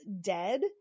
Dead